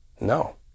No